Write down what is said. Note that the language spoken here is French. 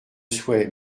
souhait